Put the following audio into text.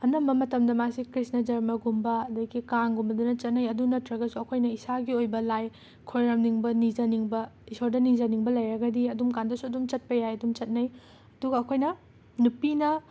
ꯑꯅꯝꯕ ꯃꯇꯝꯗ ꯃꯥꯁꯦ ꯀ꯭꯭ꯔꯤꯁꯅ ꯖꯔꯃꯒꯨꯝꯕ ꯑꯗꯒꯤ ꯀꯥꯡꯒꯨꯝꯕꯗꯅ ꯆꯠꯅꯩ ꯑꯗꯨ ꯅꯠꯇ꯭ꯔꯒꯁꯨ ꯑꯈꯣꯏꯅ ꯏꯁꯥꯒꯤ ꯑꯣꯏꯕ ꯂꯥꯏ ꯈꯣꯏꯔꯝꯅꯤꯡꯕ ꯅꯤꯖꯅꯤꯡꯕ ꯏꯁꯣꯔꯗ ꯅꯤꯖꯅꯤꯡꯕ ꯂꯩꯔꯒꯗꯤ ꯑꯗꯨꯝ ꯀꯥꯟꯗꯁꯨ ꯑꯗꯨꯝ ꯆꯠꯄ ꯌꯥꯏ ꯑꯗꯨꯝ ꯆꯠꯅꯩ ꯑꯗꯨꯒ ꯑꯈꯣꯏꯅ ꯅꯨꯄꯤꯅ